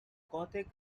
gothic